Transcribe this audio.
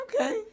Okay